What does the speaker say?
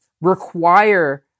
require